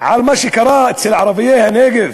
על מה שקרה אצל ערביי הנגב